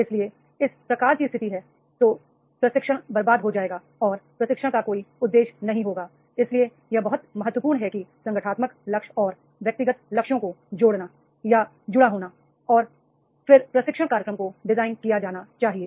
यदि इस प्रकार की स्थिति है तो प्रशिक्षण बर्बाद हो जाएगा और प्रशिक्षण का कोई उद्देश्य नहीं होगा इसलिए यह बहुत महत्वपूर्ण है कि संगठनात्मक लक्ष्य और व्यक्तिगत लक्ष्यों को जोड़ना या जुड़ा होना और फिर प्रशिक्षण कार्यक्रम को डिज़ाइन किया जाना चाहिए